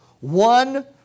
One